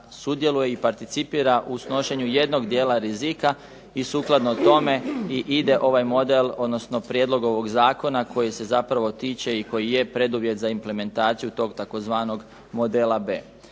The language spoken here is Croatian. sudjeluje i participira u snošenju jednog dijela rizika i sukladno tome i ide ovaj model, odnosno prijedlog ovog zakona koji se zapravo tiče i koji je preduvjet za implementaciju tog tzv. modela B.